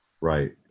right